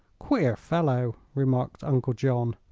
queer fellow, remarked uncle john.